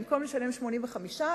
במקום לשלם 85 שקלים,